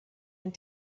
and